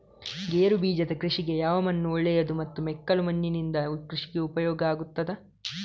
ಗೇರುಬೀಜದ ಕೃಷಿಗೆ ಯಾವ ಮಣ್ಣು ಒಳ್ಳೆಯದು ಮತ್ತು ಮೆಕ್ಕಲು ಮಣ್ಣಿನಿಂದ ಕೃಷಿಗೆ ಉಪಯೋಗ ಆಗುತ್ತದಾ?